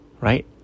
right